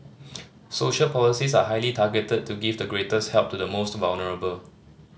social policies are highly targeted to give the greatest help to the most vulnerable